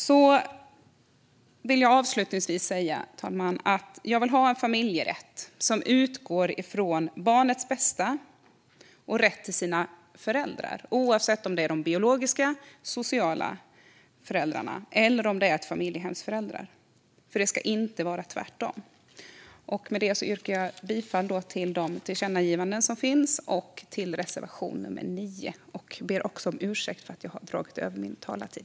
Avslutningsvis, fru talman, vill jag säga att jag vill ha en familjerätt som utgår från barnets bästa och barnets rätt till sina föräldrar, oavsett om det är biologiska föräldrar, sociala föräldrar eller familjehemsföräldrar. Det ska inte vara tvärtom. Med detta yrkar jag bifall till de tillkännagivanden som finns och till reservation 9. Jag ber ursäkt för att jag har dragit över min talartid.